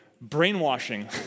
brainwashing